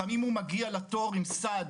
לפעמים הוא מגיע לתור עם סד,